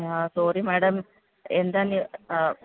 ആ sorry madam എന്താണ്